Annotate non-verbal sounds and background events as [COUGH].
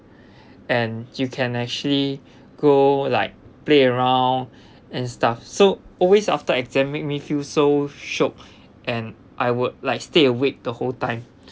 and you can actually go like play around [BREATH] and stuff so always after exam make me feel so shiok and I would like stay awake the whole time